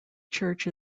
church